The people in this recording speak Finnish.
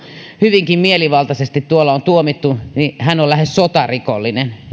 hyvinkin mielivaltaisesti tuolla on tuomittu niin hän on lähes sotarikollinen